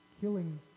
killing